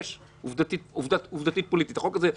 עובדתית פוליטית, יש את זה.